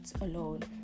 alone